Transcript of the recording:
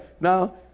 now